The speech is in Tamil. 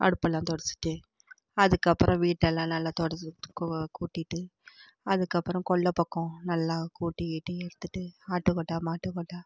அடுப்பெல்லாம் துடச்சிட்டு அதுக்கப்புறம் வீட்டெல்லாம் நல்ல துடச்சிவிட்டு கூட்டிவிட்டு அதுக்கப்புறம் கொல்லை பக்கம் நல்லா கூட்டிகீட்டி எடுத்துவிட்டு ஆட்டுக்கொட்டாய் மாட்டுக்கொட்டாய்